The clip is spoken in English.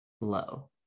low